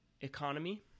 economy